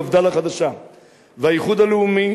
מפד"ל החדשה והאיחוד הלאומי,